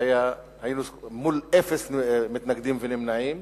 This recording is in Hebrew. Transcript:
מול אפס מתנגדים ונמנעים,